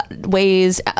ways